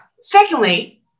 Secondly